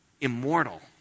Immortal